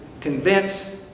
convince